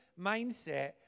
mindset